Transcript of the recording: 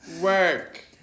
work